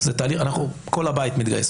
כל הבית מתגייס.